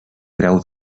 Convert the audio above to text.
grau